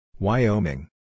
Wyoming